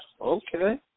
Okay